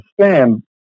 understand